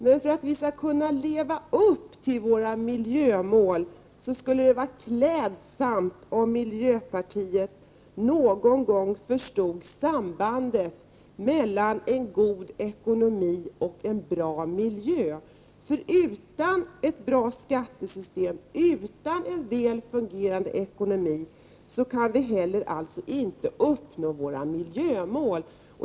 Men det skulle vara klädsamt om miljöpartiet någon gång förstod sambandet mellan en god ekonomi och en bra miljö. Utan ett bra skattesystem och en väl fungerande ekonomi kan vi heller inte uppnå våra miljömål.